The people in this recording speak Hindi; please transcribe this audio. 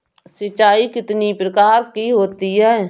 सिंचाई कितनी प्रकार की होती हैं?